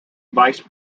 vice